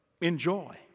enjoy